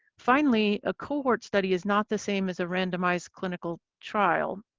finally, a cohort study is not the same as a randomized clinical trial.